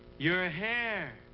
your ah hair.